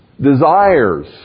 desires